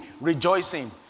rejoicing